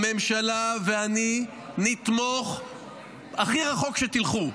הממשלה ואני נתמוך הכי רחוק שתלכו.